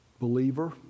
Believer